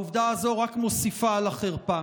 העובדה הזאת רק מוסיפה על החרפה.